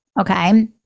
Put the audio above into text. okay